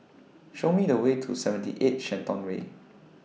Show Me The Way to seventy eight Shenton Way